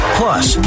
plus